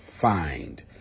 find